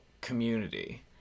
community